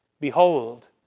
behold